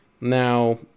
Now